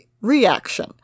reaction